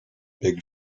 big